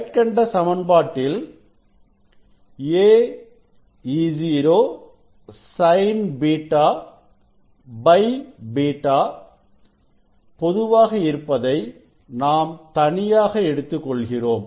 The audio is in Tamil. மேற்கண்ட சமன்பாட்டில் a E0 Sin β β பொதுவாக இருப்பதை நாம் தனியாக எடுத்துக் கொள்கிறோம்